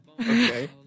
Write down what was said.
Okay